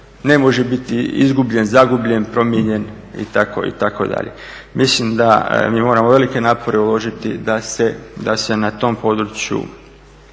ne može biti izgubljen, zagubljen, promijenjen, itd. Mislim da mi moramo velike napore uložiti da se na tom području